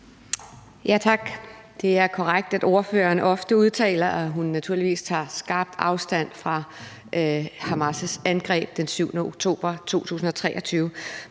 Tak. Det er korrekt, at ordføreren ofte udtaler, at hun naturligvis tager skarpt afstand fra Hamas' angreb den 7. oktober 2023.